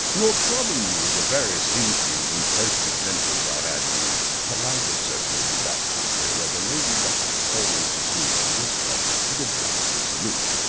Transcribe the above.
nor trouble you with the various intrigues and pleasant adventures i had in the politer circles of that country, where the lady of the house always receives the visitor with a dram and a salute.